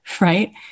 right